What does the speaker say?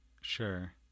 sure